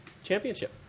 Championship